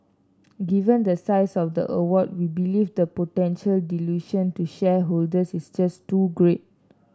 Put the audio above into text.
given the size of the award we believe the potential dilution to shareholders is just too great